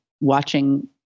watching